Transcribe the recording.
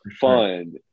fun